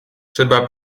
trzeba